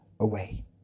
away